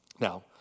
Now